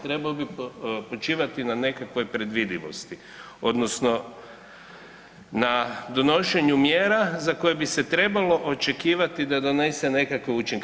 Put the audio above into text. Trebao bi počivati na nekakvoj predvidivosti odnosno na donošenju mjera za koje bi se trebalo očekivati da donese nekakve učinke.